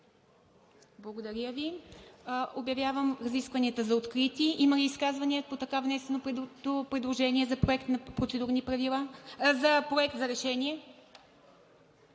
Благодаря Ви. Обявявам разискванията за открити. Има ли изказвания по така внесеното предложение за Проект за решение?